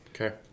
Okay